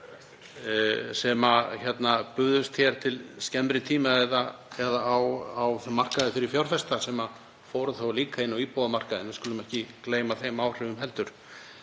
sem buðust til skemmri tíma eða á markaði fyrir fjárfesta sem fóru þá líka inn á íbúðamarkaðinn. Við skulum ekki gleyma þeim áhrifum heldur.